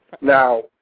Now